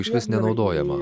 išvis nenaudojama